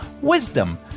wisdom